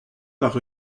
par